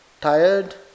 tired